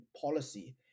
policy